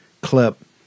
clip